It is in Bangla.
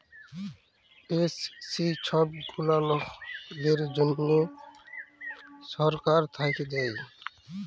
এস.সি ছব গুলা লকদের জ্যনহে ছরকার থ্যাইকে দেয়